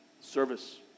Service